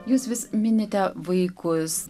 jūs vis minite vaikus